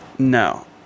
No